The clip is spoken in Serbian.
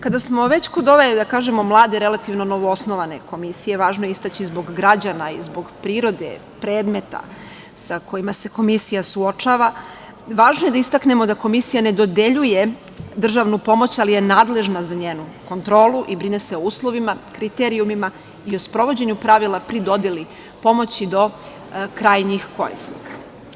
Kada smo već kod ove relativno mlade, novoosnovane Komisije važno je istaći zbog građana i zbog prirode predmeta sa kojima se Komisija suočava da istaknemo da Komisija ne dodeljuje državnu pomoć, ali je nadležna za njenu kontrolu i brine se o uslovima, kriterijumima i o sprovođenju pravila pri dodeli pomoći do krajnjih korisnika.